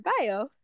bio